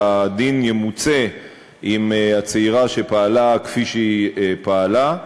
והדין ימוצה עם הצעירה שפעלה כפי שהיא פעלה,